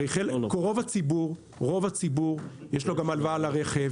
הרי רוב הציבור, יש לו גם הלוואה על הרכב.